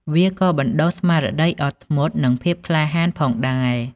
វាក៏បណ្តុះស្មារតីអត់ធ្មត់និងភាពក្លាហានផងដែរ។